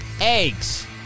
Eggs